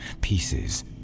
pieces